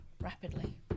Rapidly